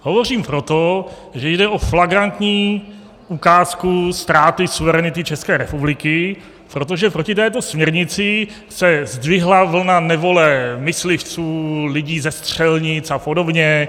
Hovořím proto, že jde o flagrantní ukázku ztráty suverenity České republiky, protože proti této směrnici se zdvihla vlna nevole myslivců, lidí ze střelnic a podobně.